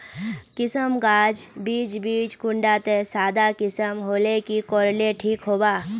किसम गाज बीज बीज कुंडा त सादा किसम होले की कोर ले ठीक होबा?